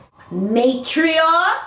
Matriarch